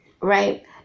right